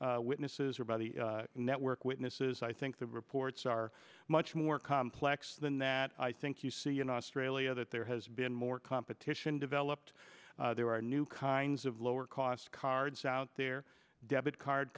witnesses or by the network witnesses i think the reports are much more complex than that i think you see in australia that there has been more competition developed there are new kinds of lower cost cards out there debit card